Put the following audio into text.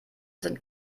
sind